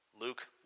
Luke